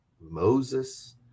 Moses